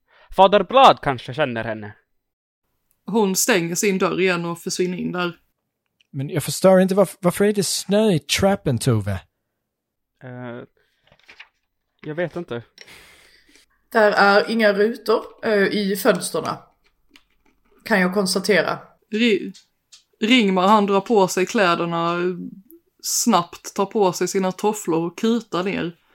Fader Blad kanske känner henne. Hon stänger sin dörr igen och försvinner in där. Men jag förstår inte varf- varför är det snö i trappen, Tove? Eh, jag vet inte. Där är inga rutor, eh, i fönsterna, kan jag konstatera. Ri- Ringmar, han drar på sig kläderna, snabbt tar på sig sina tofflor och kutar ner.